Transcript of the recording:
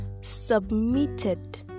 submitted